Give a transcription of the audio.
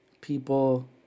people